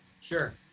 Sure